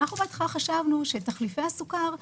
בהתחלה חשבנו שתחליפי הסוכר,